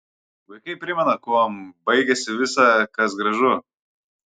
vaikai primena kuom baigiasi visa kas gražu